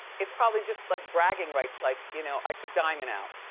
it's probably just like bragging rights. like, you know i took diamond out.